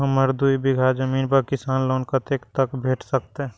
हमरा दूय बीगहा जमीन पर किसान लोन कतेक तक भेट सकतै?